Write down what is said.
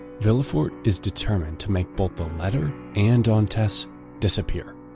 villefort is determined to make both the letter and dantes disappear.